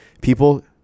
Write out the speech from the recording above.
people